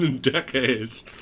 Decades